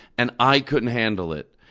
and i couldn't handle it.